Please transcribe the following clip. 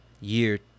year